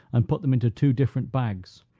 and put them into two different bags,